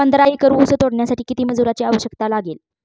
पंधरा एकर ऊस तोडण्यासाठी किती मजुरांची आवश्यकता लागेल?